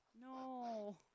No